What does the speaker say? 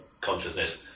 consciousness